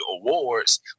awards